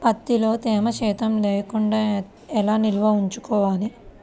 ప్రత్తిలో తేమ శాతం లేకుండా ఎలా నిల్వ ఉంచుకోవాలి?